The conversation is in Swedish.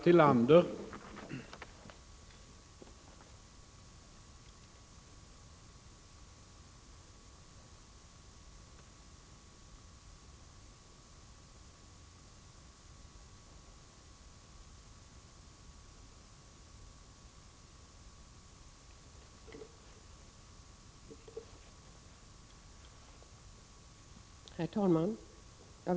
Herr talman!